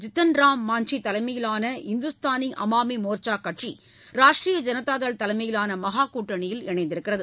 ஜித்தன்ராம் மஞ்சி தலைமையிலான இந்துஸ்தானி அமாமி மோர்ச்சா கட்சி ராஷ்ட்டிரிய ஜனதா தள் தலைமையிலான மகா கூட்டணியில் இணைந்துள்ளது